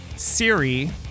Siri